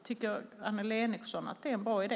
Tycker Annelie Enochson att det är en bra idé?